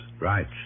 Right